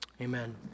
amen